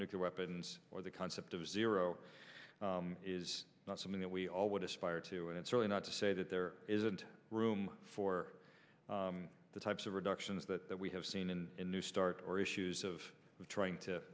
nuclear weapons or the concept of zero is not something that we all would aspire to and it's really not to say that there isn't room for the types of reductions that we have seen in the new start or issues of trying to